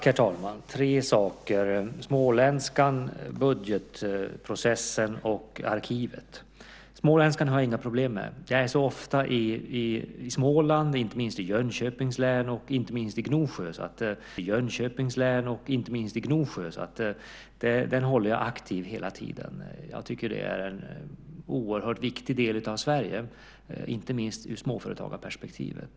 Herr talman! Tre saker: småländskan, budgetprocessen och arkivet. Småländskan har jag inga problem med. Jag är så ofta i Småland, inte minst i Jönköpings län och i Gnosjö, så den håller jag aktiv hela tiden. Jag tycker att det är en oerhört viktig del av Sverige, inte minst ur småföretagarperspektivet.